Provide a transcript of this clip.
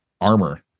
armor